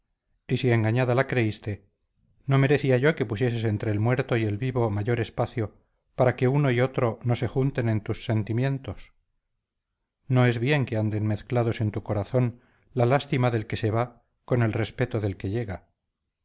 si engañada la creíste no merecía yo que pusieses entre el muerto y el vivo mayor espacio para que uno y otro no se junten en tus sentimientos no es bien que anden mezclados en tu corazón la lástima del que se va con el respeto del que llega